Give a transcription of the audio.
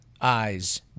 eyes